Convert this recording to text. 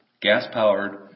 gas-powered